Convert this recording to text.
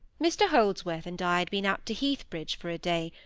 mr holdsworth and i had been out to heathbridge for a day,